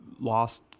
lost